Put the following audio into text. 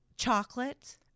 Chocolate